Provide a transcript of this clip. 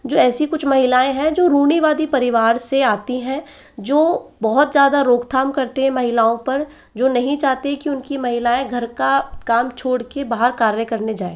जो ऐसी कुछ महिलाएं हैं जो रूढ़िवादी परिवार से आती हैं जो बहुत ज़्यादा रोकथाम करते हैं महिलाओं पर जो नहीं चाहते कि उनकी महिलाएं घर का काम छोड़ कर के बाहर कार्य करने जाएं